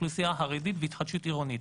האוכלוסייה החרדית והתחדשות עירונית.